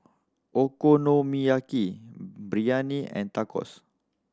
Okonomiyaki Biryani and Tacos